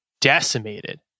decimated